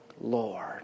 Lord